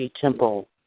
Temple